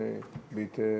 בתמצות,